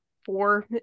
Four